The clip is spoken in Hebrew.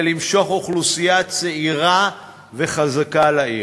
למשוך אוכלוסייה צעירה וחזקה לעיר.